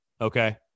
okay